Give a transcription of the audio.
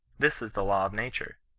this is the law of nature.